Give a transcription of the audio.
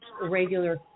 regular